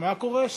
בעד ההצעה,